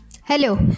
Hello